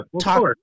talk